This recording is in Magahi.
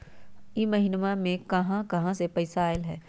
इह महिनमा मे कहा कहा से पैसा आईल ह?